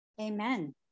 Amen